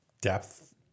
depth